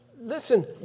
listen